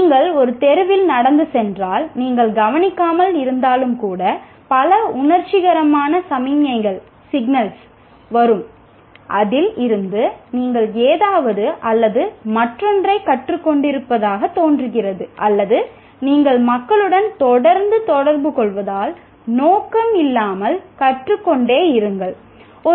நீங்கள் ஒரு தெருவில் நடந்து சென்றால் நீங்கள் கவனிக்காமல் இருந்தாலும் கூட பல உணர்ச்சிகரமான சமிக்ஞைகள் வரும் அதில் இருந்து நீங்கள் ஏதாவது அல்லது மற்றொன்றைக் கற்றுக் கொண்டிருப்பதாகத் தோன்றுகிறது அல்லது நீங்கள் மக்களுடன் தொடர்ந்து தொடர்புகொள்வதால் நோக்கம் இல்லாமல் கற்றுக்கொண்டே இருக்கிறீர்கள்